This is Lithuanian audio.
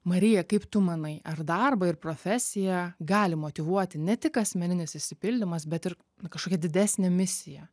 marija kaip tu manai ar darbą ir profesiją gali motyvuoti ne tik asmeninis išsipildymas bet ir na kažkokia didesnė misija